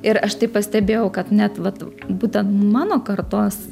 ir aš tai pastebėjau kad net vat būtent mano kartos